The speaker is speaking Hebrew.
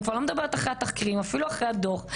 אני כבר לא מדברת אחרי התחקירים, אפילו אחרי הדוח.